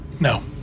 No